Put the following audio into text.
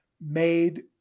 made